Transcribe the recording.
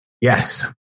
Yes